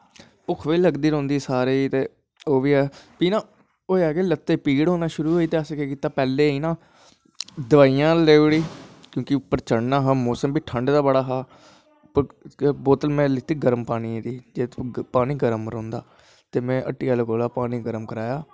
भुक्ख बी लगदी सारें गी ते होआ केह् लत्तें गी पीड़ होन लगी ते असें केह् कीता पैह्लैं गै दवाइयां लेी ओड़ी क्योंकि उप्पर चढ़नां हा ठंड बी बड़ी ही ते बोतल बनाई लैत्ती गर्म पानियें दी ते पानी गर्म रौंह्दा ते में हट्टी आह्ले कोला दा पानी गर्म करवाया